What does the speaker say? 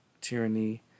tyranny